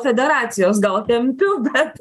federacijos gal tempiu bet